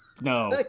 No